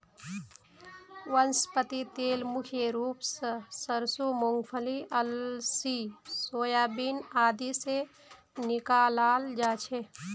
वनस्पति तेल मुख्य रूप स सरसों मूंगफली अलसी सोयाबीन आदि से निकालाल जा छे